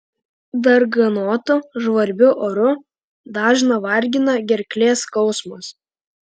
darganotu žvarbiu oru dažną vargina gerklės skausmas